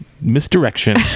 misdirection